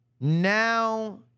Now